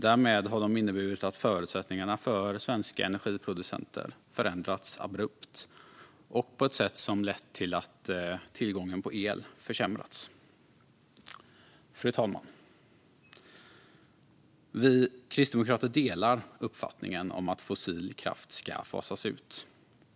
Därmed har de inneburit att förutsättningarna för svenska energiproducenter har förändrats abrupt och på ett sätt som har lett till att tillgången på el försämrats. Fru talman! Vi kristdemokrater delar uppfattningen om att fossil kraft ska fasas ut.